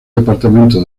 departamento